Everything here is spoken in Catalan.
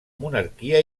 monarquia